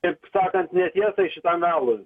taip sakant netiesai šitam melui